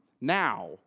now